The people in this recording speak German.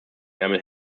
ärmel